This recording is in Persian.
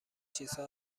چیزها